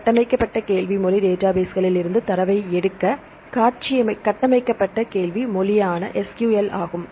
கட்டமைக்கப்பட்ட கேள்வி மொழி டேட்டாபேஸ்ஸிலிருந்து தரவை எடுக்க கட்டமைக்கப்பட்ட கேள்வி மொழியான SQL ஆகும்